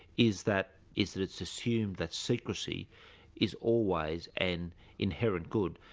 is that is that it's assumed that secrecy is always an inherent good,